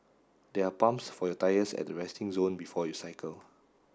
there are pumps for your tyres at the resting zone before you cycle